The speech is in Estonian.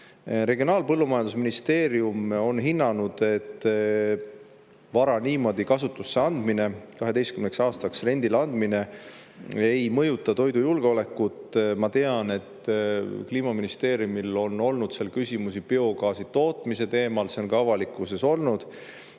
Regionaal- ja Põllumajandusministeerium on hinnanud, et vara niimoodi kasutusse andmine, 12 aastaks rendile andmine, ei mõjuta toidujulgeolekut. Ma tean, et Kliimaministeeriumil on olnud küsimusi biogaasi tootmise teemal, need on ka avalikkuses olnud.